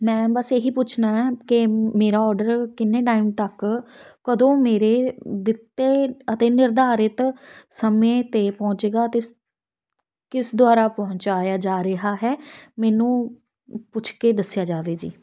ਮੈਂ ਬਸ ਇਹ ਹੀ ਪੁੱਛਣਾ ਕਿ ਮੇਰਾ ਔਡਰ ਕਿੰਨੇ ਟਾਈਮ ਤੱਕ ਕਦੋਂ ਮੇਰੇ ਦਿੱਤੇ ਅਤੇ ਨਿਰਧਾਰਿਤ ਸਮੇਂ 'ਤੇ ਪਹੁੰਚੇਗਾ ਕਿਸ ਕਿਸ ਦੁਆਰਾ ਪਹੁੰਚਾਇਆ ਜਾ ਰਿਹਾ ਹੈ ਮੈਨੂੰ ਪੁੱਛ ਕੇ ਦੱਸਿਆ ਜਾਵੇ ਜੀ